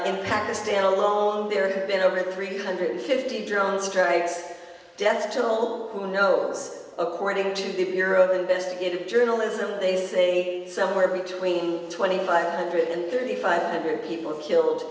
in pakistan alone there has been over three hundred fifty drone strikes death toll who knows according to the bureau of investigative journalism they say somewhere between twenty five hundred and thirty five hundred people killed